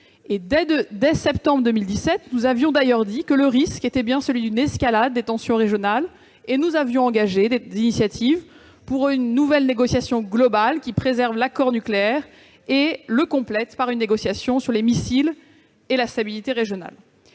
dès septembre 2017, sur le risque d'une escalade des tensions régionales et nous avons engagé des initiatives en faveur d'une nouvelle négociation globale qui préserve l'accord nucléaire et le complète par une négociation sur les missiles et la stabilité régionale.